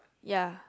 ya